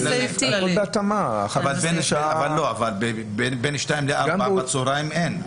אבל בין שתיים לארבע אין.